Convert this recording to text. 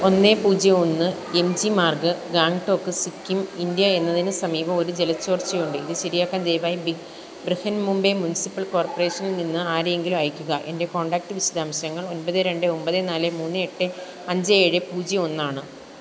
ഒന്ന് പൂജ്യം ഒന്ന് M G Marg Gangtok Sikkim India എന്നതിന് സമീപം ഒരു ജല ചോർച്ചയുണ്ട് ഇത് ശരിയാക്കാൻ ദയവായി ബി ബ്രിഹൻ മുംബൈ മുനിസിപ്പൽ കോർപ്പറേഷനില് നിന്ന് ആരെയെങ്കിലും അയയ്ക്കുക എൻ്റെ കോൺടാക്റ്റ് വിശദാംശങ്ങൾ ഒമ്പത് രണ്ട് ഒമ്പത് നാല് മൂന്ന് എട്ട് അഞ്ച് ഏഴ് പൂജ്യം ഒന്നാണ്